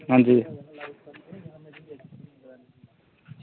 अंजी